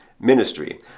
ministry